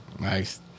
Nice